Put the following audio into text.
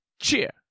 Cheer